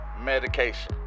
medication